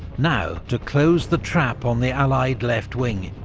now to close the trap on the allied left wing,